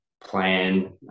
Plan